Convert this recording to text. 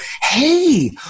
hey